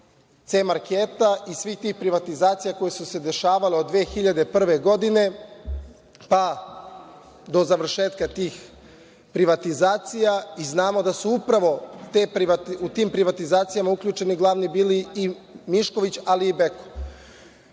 „C-marketa“ i svih tih privatizacija koje su se dešavale od 2001. godine pa do završetka tih privatizacija. I znamo da su upravo u tim privatizacijama glavni bili uključeni Mišković, ali i Beko,